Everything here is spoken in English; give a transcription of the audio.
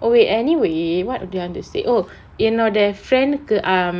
oh wait anyway what do I want to say oh என்னோட:ennoda friend கு:ku um